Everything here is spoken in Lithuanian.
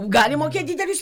gali mokėt didelius